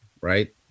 right